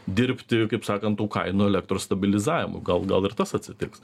dirbti kaip sakant tų kainų elektros stabilizavimu gal gal ir tas atsitiks